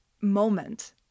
moment